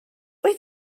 wyt